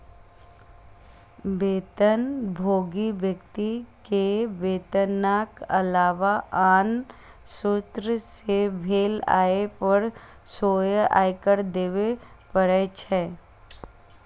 वेतनभोगी व्यक्ति कें वेतनक अलावा आन स्रोत सं भेल आय पर सेहो आयकर देबे पड़ै छै